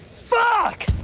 fuck!